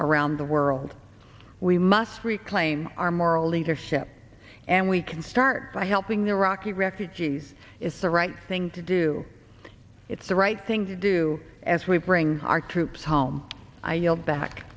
around the world we must reclaim our moral leadership and we can start by helping iraqi refugees is a right thing to do it's the right thing to do as we bring our troops home i yield back